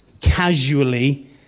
casually